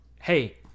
hey